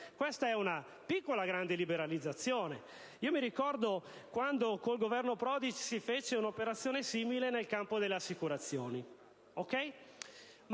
Questa è una piccola grande liberalizzazione. Mi ricordo quando con il Governo Prodi si fece un'operazione simile nel campo delle assicurazioni.